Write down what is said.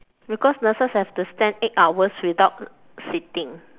because nurses have to stand eight hours without sitting